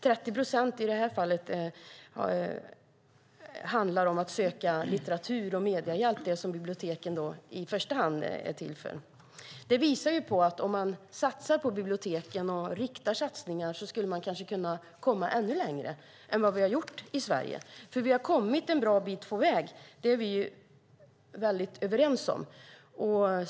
30 procent i detta fall handlar om att söka litteratur och få hjälp med medier, alltså det som biblioteken i första hand är till för. Detta visar att om man satsar på biblioteken och riktar satsningar skulle man kanske kunna komma ännu längre än vad vi har gjort i Sverige. Vi har kommit en bra bit på väg - det är vi överens om.